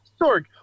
Sorg